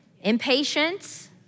Impatience